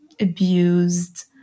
abused